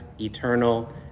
eternal